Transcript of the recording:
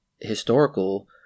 historical